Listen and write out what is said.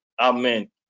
Amen